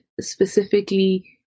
specifically